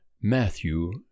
Matthew